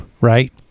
right